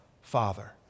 Father